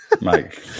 Mike